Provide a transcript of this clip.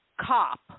Cop